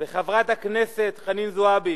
חברת הכנסת חנין זועבי,